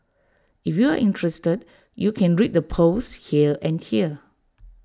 if you're interested you can read the posts here and here